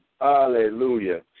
Hallelujah